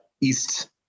east